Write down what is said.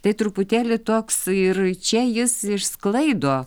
tai truputėlį toks ir čia jis išsklaido